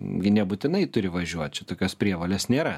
gi nebūtinai turi važiuot čia tokios prievolės nėra